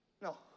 No